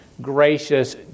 gracious